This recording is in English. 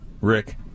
Rick